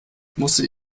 musste